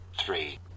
Three